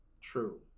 true